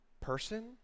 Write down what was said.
person